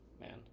Man